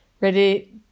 ready